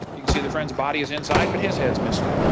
you can see the friend's body is inside, but his head is missing.